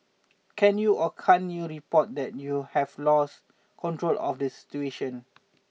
can you or can't you report that you have lost control of this situation